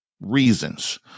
reasons